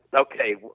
Okay